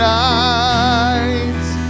nights